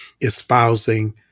espousing